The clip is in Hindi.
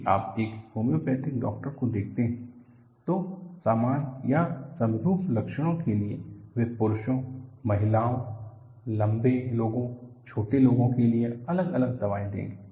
यदि आप एक होम्योपैथिक डॉक्टर को देखते हैं तो समान या समरूप लक्षणों के लिए वे पुरुषों महिलाओं लंबे लोगों छोटे लोगों के लिए अलग अलग दवाएं देंगे